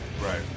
Right